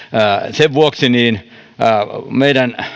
sen vuoksi meidän